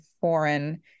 foreign